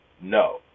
no